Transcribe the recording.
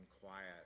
quiet